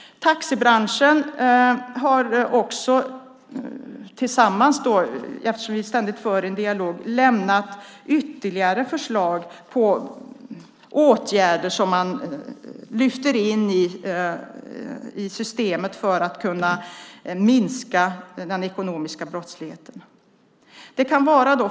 Taxibranschen har tillsammans - vi för en ständig dialog - lämnat ytterligare förslag på åtgärder som man lyfter in i systemet för att minska den ekonomiska brottsligheten.